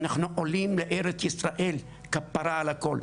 אנחנו עולים לארץ ישראל, כפרה על הכול.